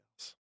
else